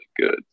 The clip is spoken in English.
good